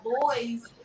boys